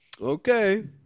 Okay